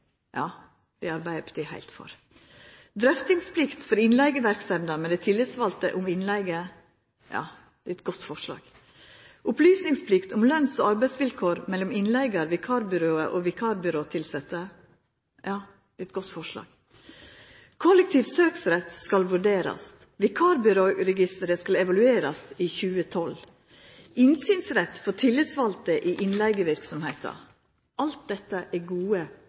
Ja, det er Arbeidarpartiet heilt for. Drøftingsplikt for innleigeverksemda med dei tillitsvalde om innleige. Ja, det er eit godt forslag. Opplysningsplikt om lønns- og arbeidsvilkår mellom innleigar, vikarbyrået og vikarbyråtilsette. Ja, det er eit godt forslag. Kollektiv søksrett skal vurderast. Vikarbyråregisteret skal evaluerast i 2012. Innsynsrett for tillitsvalde i innleigeverksemda. Alt dette er gode